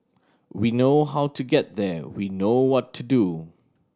we know how to get there we know what to do